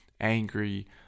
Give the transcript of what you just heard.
angry